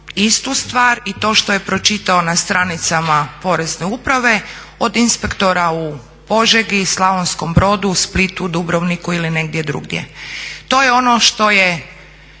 istu stvar i to što je pročitao na stranicama Porezne uprave od inspektora u Požegi, Slavonskom Brodu, Splitu, Dubrovniku ili negdje drugdje. To je ono što je